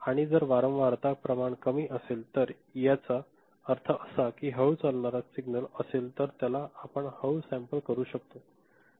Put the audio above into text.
आणि जर ही वारंवारता प्रमाण कमी असेल तर याचा अर्थ असा की हळू चालणारा सिग्नल असेल तर त्याला आपण हळू सॅम्पल करू शकतो